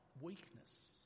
weakness